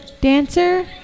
Dancer